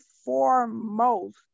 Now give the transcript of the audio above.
foremost